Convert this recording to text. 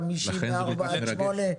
חמישי מ-16:00 עד 20:00,